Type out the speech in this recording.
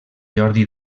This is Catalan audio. jordi